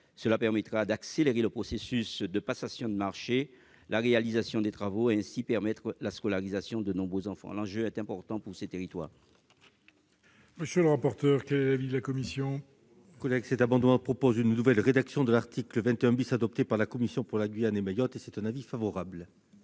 Cela permettra d'accélérer le processus de passation des marchés, la réalisation des travaux et, à terme, de scolariser de nombreux enfants. L'enjeu est important pour ces territoires. Quel est l'avis de la commission ? Les auteurs de cet amendement proposent une nouvelle rédaction de l'article 21 adopté par la commission pour la Guyane et Mayotte. Avis favorable.